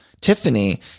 Tiffany